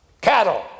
cattle